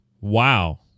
Wow